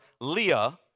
Leah